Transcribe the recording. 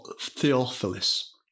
Theophilus